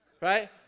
right